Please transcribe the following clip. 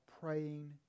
praying